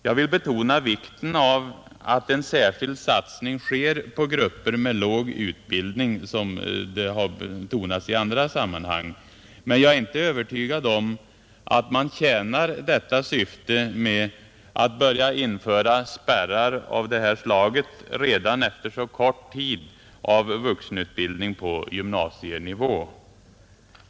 Jag vill betona vikten av att en särskild satsning sker på grupper med låg utbildning, såsom har framhållits i andra sammanhang. Jag är inte övertygad om att man tjänar detta syfte med att börja införa spärrar av detta slag redan efter så kort tid av vuxenutbildning på gymnasienivå.